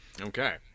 Okay